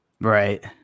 right